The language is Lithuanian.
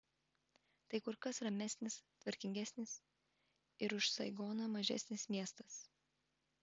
tai kur kas ramesnis tvarkingesnis ir už saigoną mažesnis miestas